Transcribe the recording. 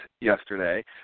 yesterday